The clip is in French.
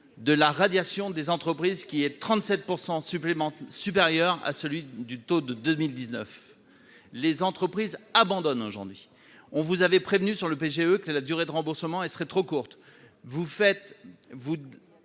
de la radiation des entreprises qui est de 37 % supplémentaires supérieur à celui du taux de 2019 les entreprises abandonnent aujourd'hui on vous avez prévenu sur le PGE que la durée de remboursement et serait trop courte,